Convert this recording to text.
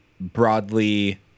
broadly